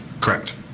correct